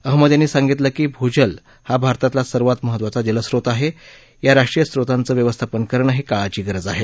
अहमद यांनी सांगितलं की भूजल हा भारतातला सर्वात महत्त्वाचा जलस्रोत आहे या राष्ट्रीय स्रोताचं व्यवस्थापन करणं ही काळाची गरज आहे